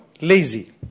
lazy